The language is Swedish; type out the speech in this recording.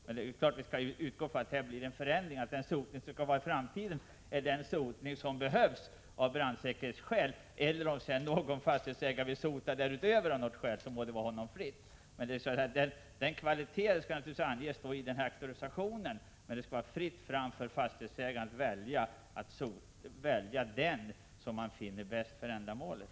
Men vi skall naturligtvis utgå från att det blir en förändring och att sotningen i framtiden skall bedrivas av brandsäkerhetsskäl. Om någon fastighetsägare därutöver vill sota må det stå honom fritt att göra det. Kvaliteten skall anges i auktorisationen, men det skall vara fritt fram för fastighetsägarna att välja den skorstensfejarmästare som de finner lämpligast.